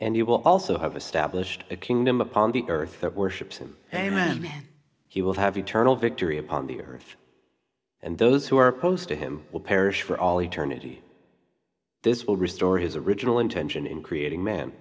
and he will also have a stablished a kingdom upon the earth that worships him and he will have eternal victory upon the earth and those who are opposed to him will perish for all eternity this will restore his original intention in creating m